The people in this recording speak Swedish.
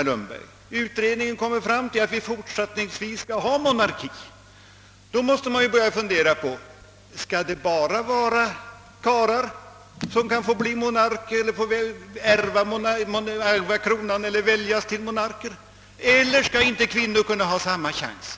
Frågan är: Om utredningen kommer fram till att vi fortsättningsvis skall ha monarki, skall då bara karlar få ärva kronan eller väljas till monarker, eller skall kvinnor ha samma chans?